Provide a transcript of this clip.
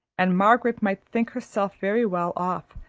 and margaret might think herself very well off,